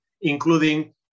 including